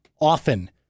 often